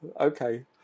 Okay